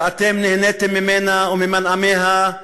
ואתם נהניתם ממנה וממנעמיה,